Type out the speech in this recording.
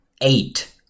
eight